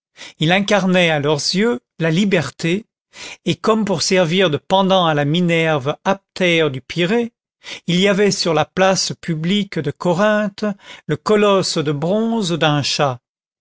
il incarnait à leurs yeux la liberté et comme pour servir de pendant à la minerve aptère du pirée il y avait sur la place publique de corinthe le colosse de bronze d'un chat